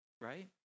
Right